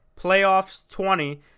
PLAYOFFS20